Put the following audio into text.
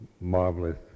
marvelous